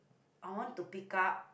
I want to pick up